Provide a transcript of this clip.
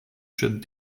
should